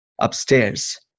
upstairs